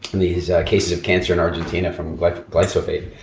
these cases of cancer in argentina from but glyphosate?